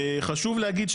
חשוב להגיד,